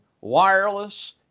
wireless